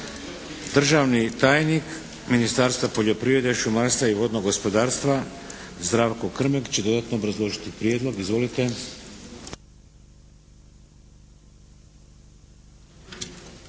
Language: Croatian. Državni tajnik Ministarstva poljoprivrede, šumarstva i vodnog gospodarstva Zdravko Krmek će dodatno obrazložiti prijedlog. Izvolite.